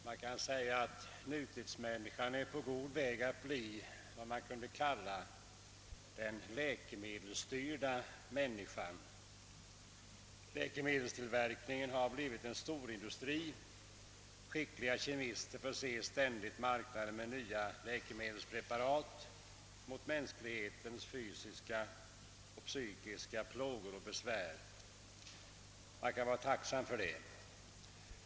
Herr talman! Nutidsmänniskan kan sägas vara på god väg att bli vad man kan kalla en läkemedelsstyrd människa. Läkemedelstillverkningen har blivit en storindustri. Skickliga kemister förser ständigt marknaden med nya läkemedelspreparat mot mänsklighetens fysiska och psykiska plågor och besvär. Låt oss vara tacksamma för det.